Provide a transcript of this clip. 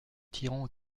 tyran